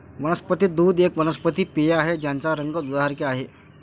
वनस्पती दूध एक वनस्पती पेय आहे ज्याचा रंग दुधासारखे आहे